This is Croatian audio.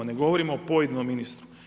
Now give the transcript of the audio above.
Ne govorimo o pojedinom ministru.